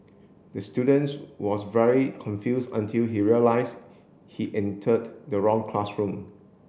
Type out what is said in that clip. the students was very confused until he realised he entered the wrong classroom